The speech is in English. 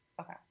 Okay